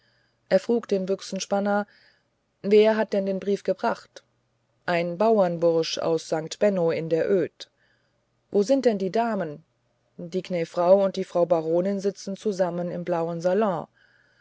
er frug den büchsenspanner wer hat denn den brief gebracht ein bauerbursch aus st benno in der öd wo sind denn die damen die gnä frau und die frau baronin sitzen zusammen im blauen salon